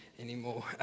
Anymore